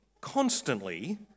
constantly